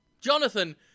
Jonathan